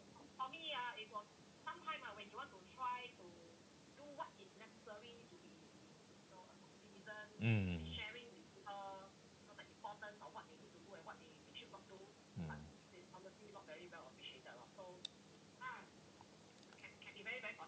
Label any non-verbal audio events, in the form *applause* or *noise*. mm mm *noise*